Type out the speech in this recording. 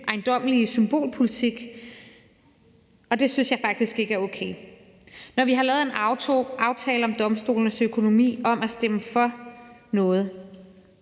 ejendommelige symbolpolitik, og det synes jeg faktisk ikke er okay. Når vi har lavet en aftale om at stemme for noget